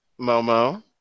Momo